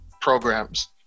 programs